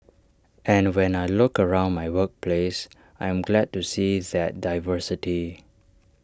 and when I look around my workplace I am glad to see that diversity